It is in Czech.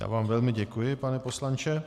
Já vám velmi děkuji, pane poslanče.